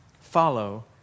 follow